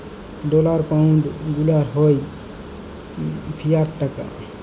dollar, pound গুলা হ্যয় fiat টাকা